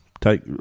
Take